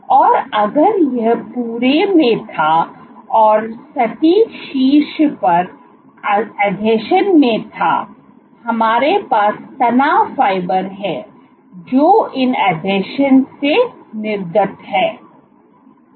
और अगर यह पूरे में था और सटीक शीर्ष पर आसंजन में था हमारे पास तनाव फाइबर है जो इन आसंजन से निर्गत है